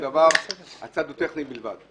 זה צד טכני בלבד.